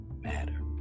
matter